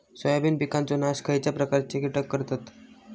Soybean पिकांचो नाश खयच्या प्रकारचे कीटक करतत?